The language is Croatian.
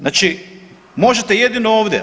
Znači, možete jedino ovdje.